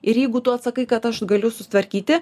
ir jeigu tu atsakai kad aš galiu susitvarkyti